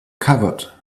covered